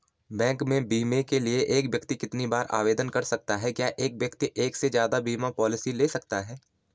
Bank में बीमे के लिए एक व्यक्ति कितनी बार आवेदन कर सकता है क्या एक व्यक्ति एक से ज़्यादा बीमा पॉलिसी ले सकता है?